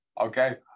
okay